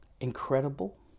Incredible